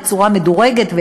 בצורה מדורגת,